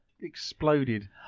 exploded